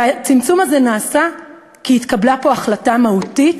והצמצום הזה נעשה כי התקבלה פה החלטה מהותית,